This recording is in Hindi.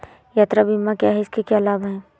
यात्रा बीमा क्या है इसके क्या लाभ हैं?